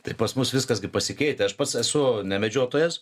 tai pas mus viskas gi pasikeitę aš pats esu ne medžiotojas